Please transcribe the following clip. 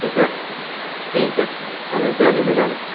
ठीकु है ठीकु है चलो जय झूलेलाल